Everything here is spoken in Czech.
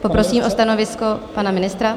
Poprosím o stanovisko pana ministra.